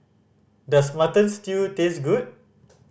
does Mutton Stew taste good